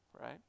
right